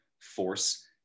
force